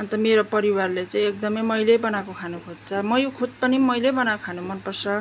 अन्त मेरो परिवारले चाहिँ एकदमै मैले बनाएको खानु खोज्छ मै खुद पनि मैले बनाएको खानु मन पर्छ